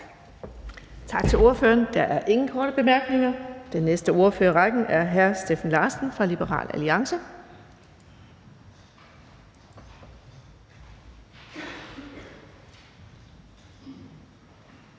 Tak til ordføreren. Der er ingen korte bemærkninger. Den næste ordfører i rækken er hr. Steffen Larsen fra Liberal Alliance.